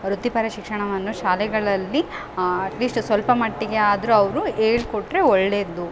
ವೃತ್ತಿಪರ ಶಿಕ್ಷಣವನ್ನು ಶಾಲೆಗಳಲ್ಲಿ ಅಟ್ ಲೀಸ್ಟ್ ಸ್ವಲ್ಪ ಮಟ್ಟಿಗೆ ಆದ್ರೂ ಅವರು ಹೇಳ್ಕೊಟ್ರೆ ಒಳ್ಳೆಯದು